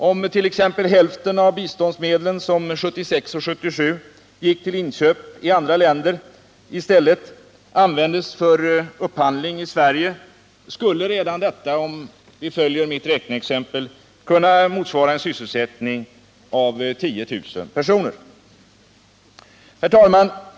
Om t.ex. hälften av biståndsmedlen som 1976/77 gick till inköp i andra länder i stället användes för upphandling i Sverige, skulle redan detta, om vi följer mitt räkneexempel, kunna motsvara en sysselsättning av 10 000 personer. Herr talman!